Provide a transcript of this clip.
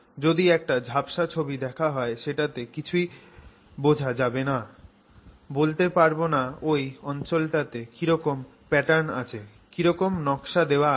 যদি একটা ঝাপসা ছবি দেখা হয় সেটাতে কিছুই বোঝা যাবে না বলতে পারবো না ওই অঞ্চলটাতে কিরকম প্যাটার্ন আছে কিরকম নকশা দেওয়া আছে